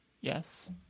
Yes